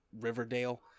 Riverdale